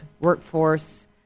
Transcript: workforce